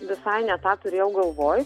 visai ne tą turėjau galvoj